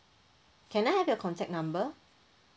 can I have your contact number